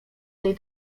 tej